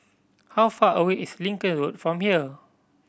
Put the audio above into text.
how far away is Lincoln Road from here